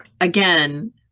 again